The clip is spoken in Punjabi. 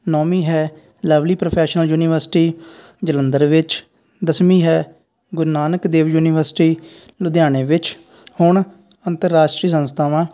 ਨੌਵੀਂ ਹੈ ਲਵਲੀ ਪ੍ਰੋਫੈਸ਼ਨਲ ਯੂਨੀਵਰਸਿਟੀ ਜਲੰਧਰ ਵਿੱਚ ਦਸਵੀਂ ਹੈ ਗੁਰੂ ਨਾਨਕ ਦੇਵ ਯੂਨੀਵਰਸਿਟੀ ਲੁਧਿਆਣੇ ਵਿੱਚ ਹੁਣ ਅੰਤਰਰਾਸ਼ਟਰੀ ਸੰਸਥਾਵਾਂ